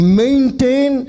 maintain